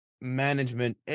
management